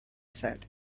said